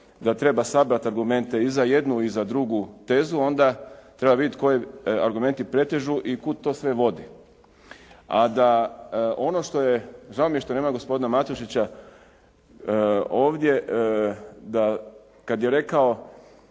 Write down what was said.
da treba sabrati argumente i za jednu i za drugu tezu, onda treba vidjeti koji argumenti pretežu i kud to sve vodi. A da ono što je, žao mi je što nema gospodina Matušića ovdje, da kad je rekao